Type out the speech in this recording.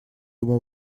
ему